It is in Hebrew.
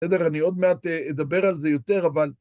בסדר, אני עוד מעט אדבר על זה יותר, אבל...